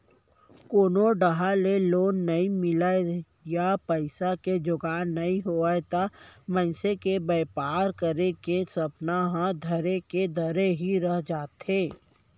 कोनो डाहर ले लोन नइ मिलय या पइसा के जुगाड़ नइ होवय त मनसे के बेपार करे के सपना ह धरे के धरे रही जाथे